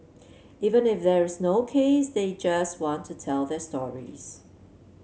even if there is no case they just want to tell their stories